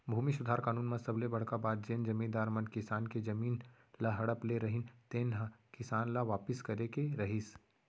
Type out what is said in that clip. भूमि सुधार कानून म सबले बड़का बात जेन जमींदार मन किसान के जमीन ल हड़प ले रहिन तेन ह किसान ल वापिस करे के रहिस